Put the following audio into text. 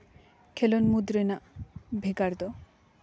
ᱠᱷᱮᱞᱳᱰ ᱢᱩᱫᱽ ᱨᱮᱱᱟᱜ ᱵᱷᱮᱜᱟᱨ ᱫᱚ